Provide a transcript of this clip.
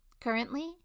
Currently